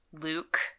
Luke